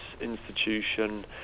institution